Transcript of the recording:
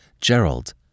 Gerald